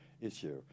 issue